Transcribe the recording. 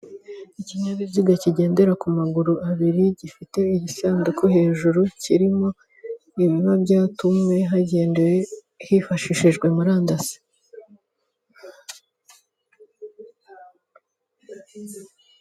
Ikinyabiziga kigendera ku maguru abiri, gifite igisanduku hejuru kirimo ibiba byatumwe hifashishijwe murandasi.